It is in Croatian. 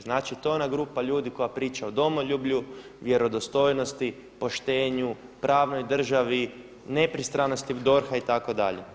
Znači to je ona grupa ljudi koja priča o domoljublju, vjerodostojnosti, poštenju pravnoj državi, ne pristranosti DORH-a itd.